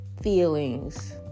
feelings